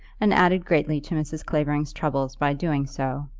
and added greatly to mrs. clavering's troubles by doing so.